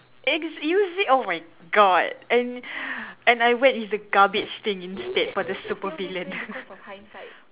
excuse you oh my god and and I went with the garbage thing instead for the super villain